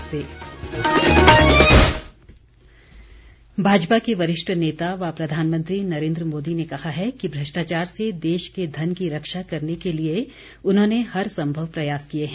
प्रधानमंत्री भाजपा के वरिष्ठ नेता व प्रधानमंत्री नरेन्द्र मोदी ने कहा है कि भ्रष्टाचार से देश के धन की रक्षा करने के लिए उन्होंने हर संभव प्रयास किए हैं